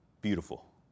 beautiful